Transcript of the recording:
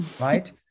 Right